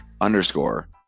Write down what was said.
underscore